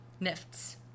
NIFTs